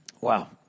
Wow